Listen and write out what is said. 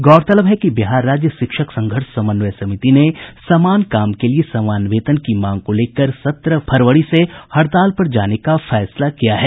गौरतलब है कि बिहार राज्य शिक्षक संघर्ष समन्वय समिति ने समान काम के लिए समान वेतन की मांग को लेकर सत्रह फरवरी से हड़ताल पर जाने का फैसला किया है